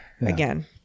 again